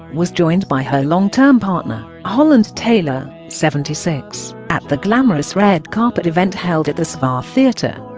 was joined by her long-term partner, holland taylor, seventy six, at the glamorous red carpet event held at the sva theater